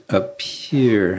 appear